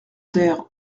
ter